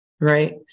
right